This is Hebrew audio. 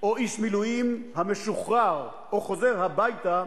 או איש מילואים המשוחרר או חוזר הביתה,